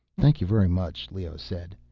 thank you very much, leoh said.